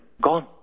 gone